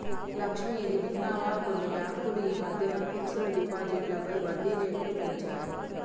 లక్ష్మి, ఇది విన్నావా కొన్ని బ్యాంకులు ఈ మధ్యన ఫిక్స్డ్ డిపాజిట్లపై వడ్డీ రేట్లు పెంచాయి